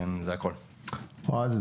אוהד,